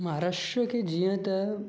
महाराष्ट्र के जीअं त